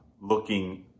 looking